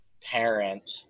parent